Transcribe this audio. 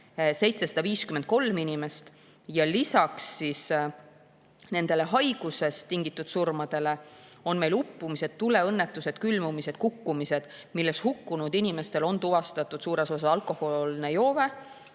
753 inimest ja lisaks nendele haigusest tingitud surmadele on meil uppumised, tuleõnnetused, külmumised, kukkumised, mille tõttu hukkunud inimestel on tuvastatud suures osas alkoholijoove.